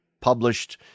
published